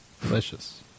Delicious